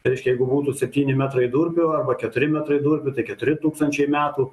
tai reiškia jeigu būtų septyni metrai durpių arba keturi metrai durpių tai keturi tūkstančiai metų